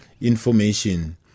information